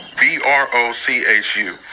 b-r-o-c-h-u